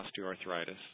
Osteoarthritis